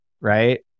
Right